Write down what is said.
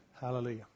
Hallelujah